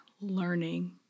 learning